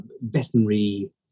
veterinary